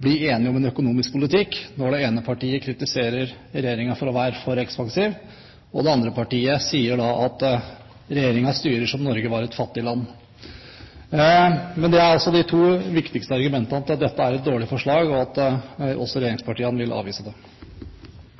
bli enige om en økonomisk politikk når det ene partiet kritiserer regjeringen for å være for ekspansiv, og det andre partiet sier at regjeringen styrer som om Norge var et fattig land. Dette er altså de to viktigste argumentene for at dette er et dårlig forslag, og for at